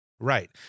Right